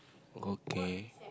okay